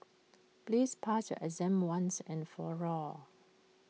please pass your exam once and for all